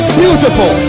beautiful